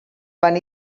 van